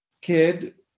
kid